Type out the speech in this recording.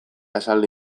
esaldi